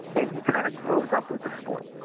and he kind of grows up with the sport.